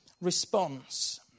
response